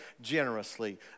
generously